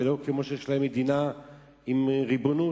ולא כמו שיש להם מדינה עם ריבונות.